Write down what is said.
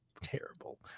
terrible